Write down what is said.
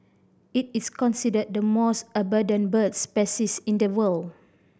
it is considered the most abundant bird species in the world